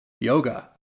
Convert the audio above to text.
yoga